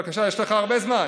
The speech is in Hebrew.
בבקשה, יש לך הרבה זמן.